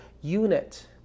unit